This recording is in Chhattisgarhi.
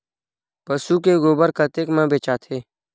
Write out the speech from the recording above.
पशु के गोबर कतेक म बेचाथे?